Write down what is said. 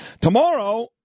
Tomorrow